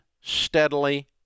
steadily